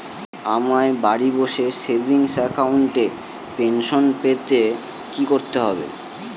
আমায় বাড়ি বসে সেভিংস অ্যাকাউন্টে পেনশন পেতে কি কি করতে হবে?